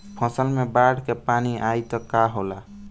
फसल मे बाढ़ के पानी आई त का होला?